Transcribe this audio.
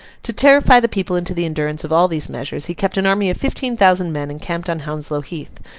to terrify the people into the endurance of all these measures, he kept an army of fifteen thousand men encamped on hounslow heath,